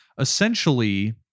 Essentially